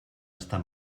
estar